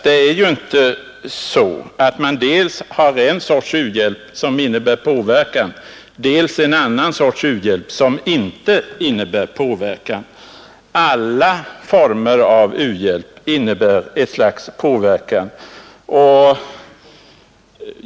Man har ju inte dels en sorts u-hjälp som innebär påverkan, dels en annan sorts u-hjälp som inte innebär påverkan. Alla former av u-hjälp innebär ett slags påverkan.